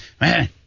man